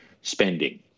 spending